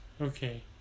Okay